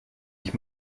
ich